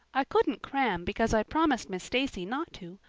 i couldn't cram because i'd promised miss stacy not to,